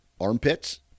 armpits